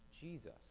Jesus